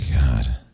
God